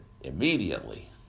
immediately